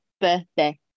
birthday